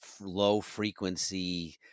low-frequency